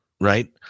right